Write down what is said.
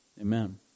amen